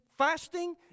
fasting